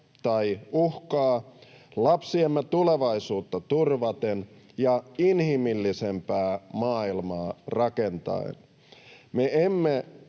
tai uhkaa, lapsiemme tulevaisuutta turvaten ja inhimillisempää maailmaa rakentaen. Me emme